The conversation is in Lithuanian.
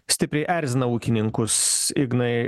stipriai erzina ūkininkus ignai